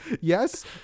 Yes